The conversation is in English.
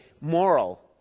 moral